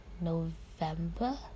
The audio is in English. November